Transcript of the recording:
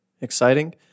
exciting